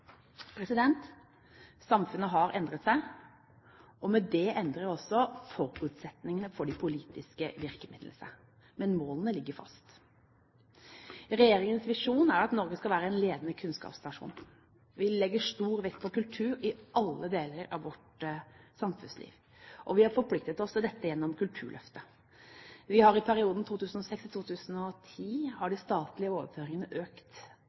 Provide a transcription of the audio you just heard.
Samfunnet har endret seg, og med det endrer også forutsetningene for de politiske virkemidlene seg. Men målene ligger fast. Regjeringens visjon er at Norge skal være en ledende kunnskapsnasjon. Vi legger stor vekt på kultur i alle deler av vårt samfunnsliv, og vi har forpliktet oss til dette gjennom Kulturløftet. I perioden 2006–2010 har de statlige overføringene økt med til sammen 2,7 milliarder kr. I